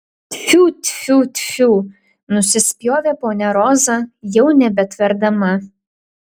tfiu tfiu tfiu nusispjovė ponia roza jau nebetverdama